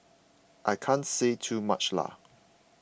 I can't say too much lah